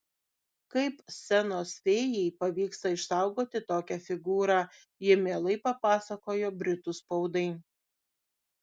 kaip scenos fėjai pavyksta išsaugoti tokią figūrą ji mielai papasakojo britų spaudai